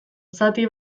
zati